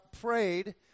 prayed